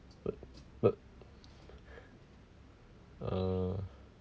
but but uh